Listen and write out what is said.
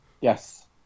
Yes